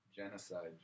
Genocide